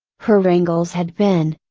her wrangles had been,